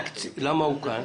למה הוא כאן?